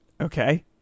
okay